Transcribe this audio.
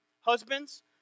Husbands